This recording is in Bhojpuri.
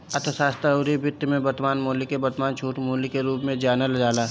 अर्थशास्त्र अउरी वित्त में वर्तमान मूल्य के वर्तमान छूट मूल्य के रूप में जानल जाला